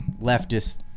leftist